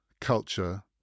culture